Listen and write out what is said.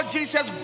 Jesus